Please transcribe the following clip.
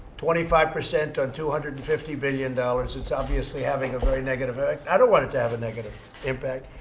twenty-five percent on two hundred and fifty billion dollars. it's obviously having a very negative ah i don't want it to have a negative impact.